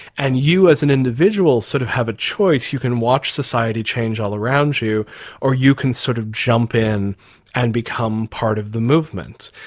and you as an individual sort of have a choice. you can watch society change all around you or you can sort of jump in and become part of the movement.